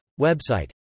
website